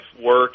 work